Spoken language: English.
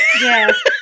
Yes